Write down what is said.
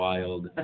Wild